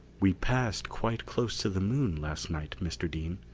we passed quite close to the moon last night, mr. dean.